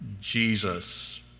Jesus